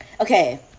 okay